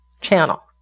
channel